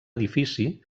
edifici